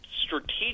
strategic